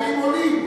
מחירים עולים.